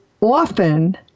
often